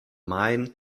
main